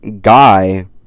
guy